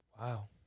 Wow